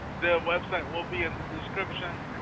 the website will be in the description.